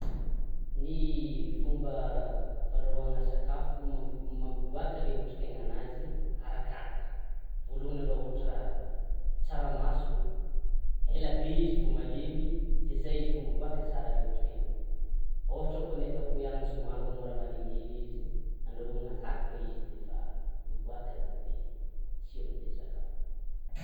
Ny fomba fandrahoana sakafo mampiboaka ilay otrikainanazy arakaraka, voalohany aloha ohatra tsaramaso, elabe izy vao malemy, de izay izy vao miboaka tsara ilay otrikainy, ohatra koa ny ataoko ohatra hoe anan-tsomanga môra malemy hely izy andrahoina malaky koa izy, defa miboaka zany le tsiron'le sakafo.